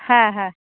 হ্যাঁ হ্যাঁ